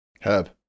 Herb